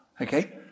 Okay